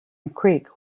creek